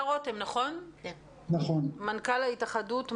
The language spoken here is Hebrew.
מנכ"ל ההתאחדות,